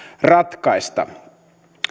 ratkaista